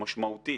משמעותית